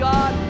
God